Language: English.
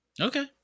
Okay